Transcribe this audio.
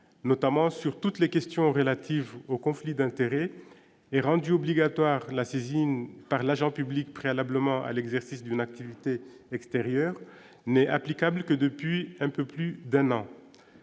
notamment sur toutes les questions relatives aux conflits d'intérêts et rendu obligatoire la saisine par l'agent public préalablement à l'exercice d'une activité extérieure n'est applicable que depuis un peu plus d'un an,